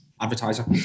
advertiser